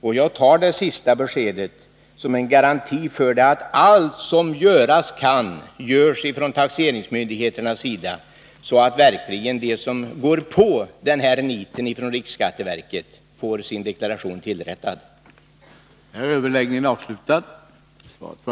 Jag tar finansministerns sista besked som en garanti för att man från taxeringsmyndigheternas sida gör allt som göras kan, så att de som följer riksskatteverkets felaktiga anvisning får sina deklarationer rättade.